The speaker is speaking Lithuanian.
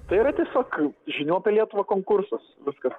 tai yra tiesiog žinių apie lietuvą konkursas viskas